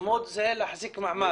צומוד זה להחזיק מעמד.